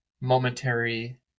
momentary